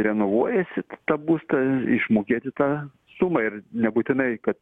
renovuojasi tą būstą išmokėti tą sumą ir nebūtinai kad